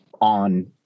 on